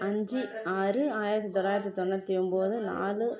அஞ்சு ஆறு ஆயிரத்தி தொள்ளாயிரத்தி தொண்ணூற்றி ஒம்போது நாலு